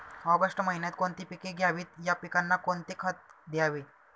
August महिन्यात कोणती पिके घ्यावीत? या पिकांना कोणते खत द्यावे?